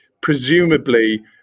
presumably